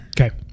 Okay